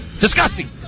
Disgusting